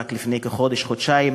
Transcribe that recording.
רק לפני חודש חודשיים